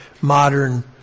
modern